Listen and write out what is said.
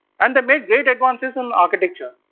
and they made great advances on architecture.